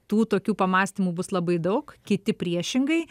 tų tokių pamąstymų bus labai daug kiti priešingai